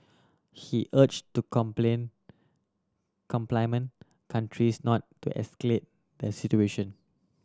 he urge to complain countries not to escalate the situation